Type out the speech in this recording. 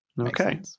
Okay